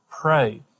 Pray